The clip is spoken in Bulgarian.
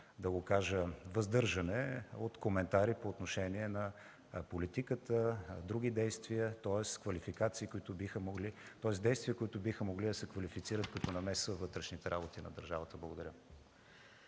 да го кажа, въздържане от коментари по отношение на политиката, други действия, тоест действия, които биха могли да се квалифицират като намеса във вътрешните работи на държавата. Благодаря.